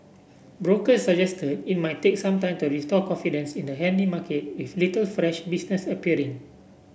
brokers suggested it might take some time to restore confidence in the handy market with little fresh business appearing